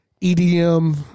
EDM